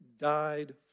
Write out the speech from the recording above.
died